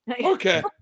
okay